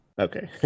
Okay